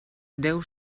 déu